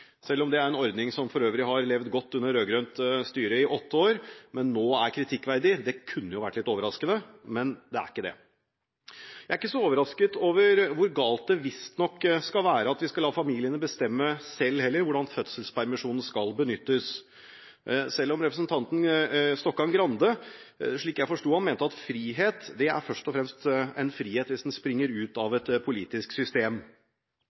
selv om det for øvrig er en ordning som i åtte år har levd godt under rød-grønt styre, men som nå er kritikkverdig. Det kunne vært litt overraskende, men er det ikke. Jeg er heller ikke så overrasket over hvor galt det visstnok skal være at vi skal la familiene selv bestemme hvordan fødselspermisjonen skal benyttes – selv om representanten Grande, slik jeg forsto ham, mente at frihet først og fremst er en frihet hvis den springer ut av et politisk system.